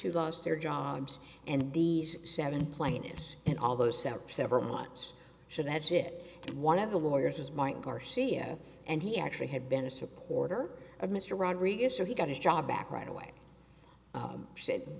who lost their jobs and the seven plaintiffs in all those several months so that's it one of the lawyers is mike garcia and he actually had been a supporter of mr rodriguez so he got his job back right away said